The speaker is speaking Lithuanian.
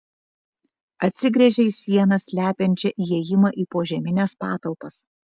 atsigręžė į sieną slepiančią įėjimą į požemines patalpas